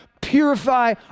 purify